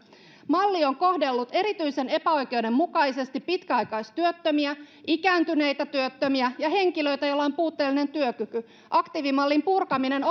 malli on kohdellut erityisen epäoikeudenmukaisesti pitkäaikaistyöttömiä ikääntyneitä työttömiä ja henkilöitä joilla on puutteellinen työkyky aktiivimallin purkaminen